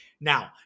Now